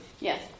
Yes